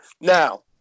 Now